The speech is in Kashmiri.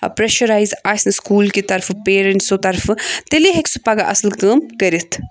پرٛیٚشَرایِز آسہِ نہٕ سکوٗل کہِ طرفہٕ پیرَنٛٹسو طرفہٕ تیٚلے ہیٚکہِ سُہ پَگاہ اصٕل کٲم کٔرِتھ